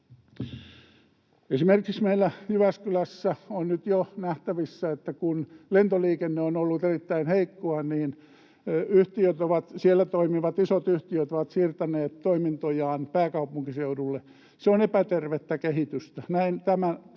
Esimerkiksi meillä Jyväskylässä on nyt jo nähtävissä, että kun lentoliikenne on ollut erittäin heikkoa, niin siellä toimivat isot yhtiöt ovat siirtäneet toimintojaan pääkaupunkiseudulle. Se on epätervettä kehitystä.